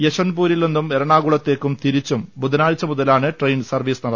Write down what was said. യശ്വന്ത്പൂ രിൽനിന്നും എറണാകുളത്തേക്കും തിരിച്ചും ബുധനാഴ്ച മുതലാണ് ട്രെയിൻ സർവ്വീസ് നടത്തുക